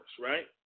right